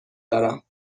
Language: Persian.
دارم